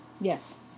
Yes